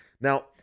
Now